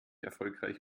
erfolgreich